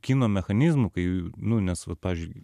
kino mechanizmų kai nu nes vat pavyzdžiui